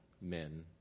men